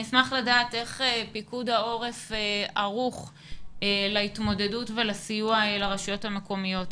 אשמח לדעת איך פיקוד העורף ערוך להתמודדות ולסיוע לרשויות המקומיות.